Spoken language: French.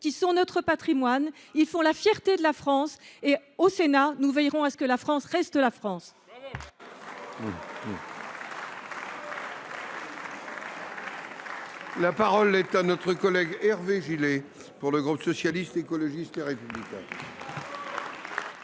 qui sont notre patrimoine. Ils font la fierté de la France. La Haute Assemblée veillera à ce que la France reste la France ! La parole est à M. Hervé Gillé, pour le groupe Socialiste, Écologiste et Républicain.